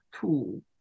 tool